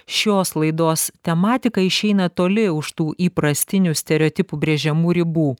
šios laidos tematika išeina toli už tų įprastinių stereotipų brėžiamų ribų